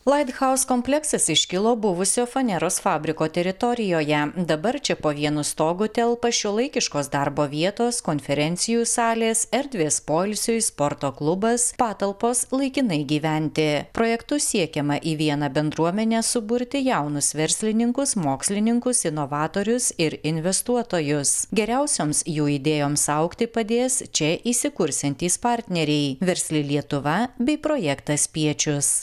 light house kompleksas iškilo buvusio faneros fabriko teritorijoje dabar čia po vienu stogu telpa šiuolaikiškos darbo vietos konferencijų salės erdvės poilsiui sporto klubas patalpos laikinai gyventi projektu siekiama į vieną bendruomenę suburti jaunus verslininkus mokslininkus inovatorius ir investuotojus geriausioms jų idėjoms augti padės čia įsikursiantys partneriai versli lietuva bei projektas spiečius